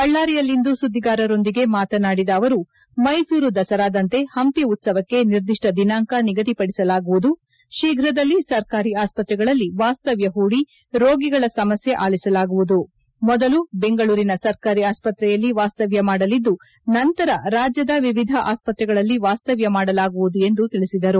ಬಳ್ಳಾರಿಯಲ್ಲಿಂದು ಸುದ್ದಿಗಾರರೊಂದಿಗೆ ಮಾತನಾಡಿದ ಅವರು ಮೈಸೂರು ದಸರಾದಂತೆ ಪಂಪಿ ಉತ್ಸವಕ್ಕೆ ನಿರ್ದಿಷ್ಟ ದಿನಾಂಕ ನಿಗದಿಪಡಿಸಲಾಗುವುದು ಶೀಘ್ರದಲ್ಲಿ ಸರ್ಕಾರಿ ಆಸ್ಪತ್ರೆಗಳಲ್ಲಿ ವಾಸ್ತವ್ನ ಹೂಡಿ ರೋಗಿಗಳ ಸಮಸ್ತ ಆಲಿಸಲಾಗುವುದು ಮೊದಲು ಬೆಂಗಳೂರಿನ ಸರ್ಕಾರಿ ಆಸ್ಪತ್ರೆಯಲ್ಲಿ ವಾಸ್ತವ್ಯ ಮಾಡಲಿದ್ದು ನಂತರ ರಾಜ್ಯದ ವಿವಿಧ ಆಸ್ಪತ್ರೆಗಳಲ್ಲಿ ವಾಸ್ತವ್ದ ಮಾಡಲಾಗುವುದು ಎಂದು ತಿಳಿಸಿದರು